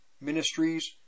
ministries